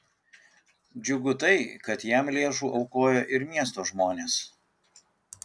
džiugu tai kad jam lėšų aukojo ir miesto žmonės